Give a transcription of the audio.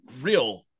real